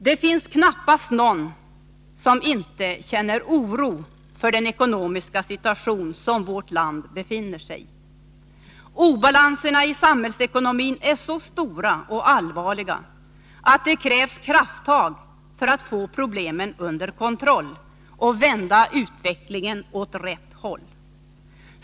Det finns knappast någon som inte känner oro för den ekonomiska situation som vårt land befinner sig i. Obalanserna i samhällsekonomin är så stora och allvarliga att det krävs krafttag för att få problemen under kontroll och vända utvecklingen åt rätt håll.